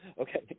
Okay